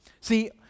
See